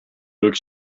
look